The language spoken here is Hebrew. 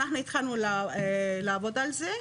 אנחנו התחלנו לעבוד על זה,